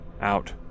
Out